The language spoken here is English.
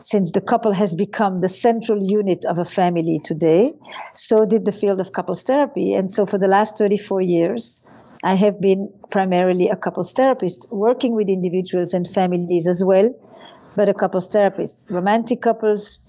since the couple has become the central unit of a family today so did the field of couples therapy and so for the last thirty four years i have been primarily a couples' therapist working with individuals and families as well but a couples' therapist. romantic couples